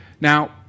Now